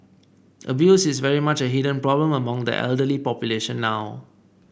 abuse is very much a hidden problem among the elderly population now